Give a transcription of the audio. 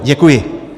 Děkuji.